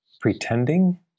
pretending